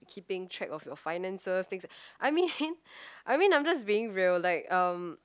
keeping track of your finances thing I mean I mean I'm just being real um